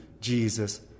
Jesus